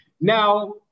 Now